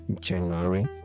january